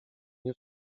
nie